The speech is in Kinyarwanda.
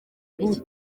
iki